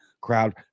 crowd